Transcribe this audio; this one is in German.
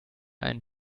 ein